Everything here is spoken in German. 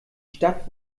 stadt